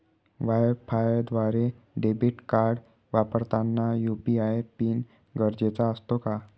वायफायद्वारे debit card वापरताना UPI PIN गरजेचा असतो का?